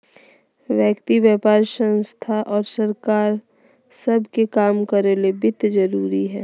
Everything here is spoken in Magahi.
व्यक्ति व्यापार संस्थान और सरकार सब के काम करो ले वित्त जरूरी हइ